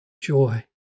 Joy